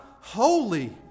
holy